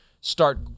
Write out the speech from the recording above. start